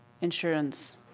insurance